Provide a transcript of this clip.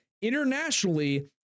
internationally